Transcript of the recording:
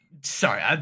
Sorry